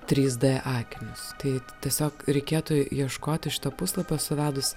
trys d akinius tai tiesiog reikėtų ieškoti šito puslapio suvedus